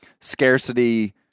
scarcity